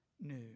new